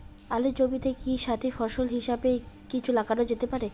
আলুর জমিতে কি সাথি ফসল হিসাবে কিছু লাগানো যেতে পারে?